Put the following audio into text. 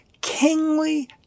kingly